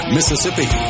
Mississippi